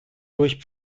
durch